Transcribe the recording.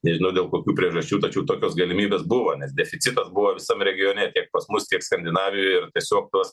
nežinau dėl kokių priežasčių tačiau tokios galimybės buvo nes deficitas buvo visam regione tiek pas mus tiek skandinavijoje ir tiesiog tos